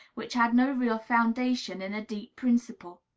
which had no real foundation in a deep principle.